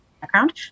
background